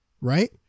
right